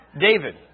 David